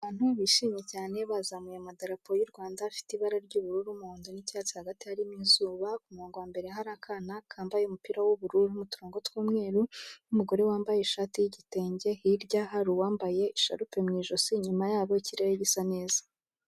Abantu bishimye cyane bazamuye amadarapo y'u Rwanda afite ibara ry'ubururu, umuhondo n'icyatsi, hagati yarimo izuba, ku kumurongo wa mbere hari akana kambaye umupira w'ubururu urimo uturongo tw'umweru, n'umugore wambaye ishati y'igitenge, hirya hari uwambaye isharupe mu ijosi, inyuma yabo ikirere gisa neza.